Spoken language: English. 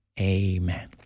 amen